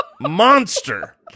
monster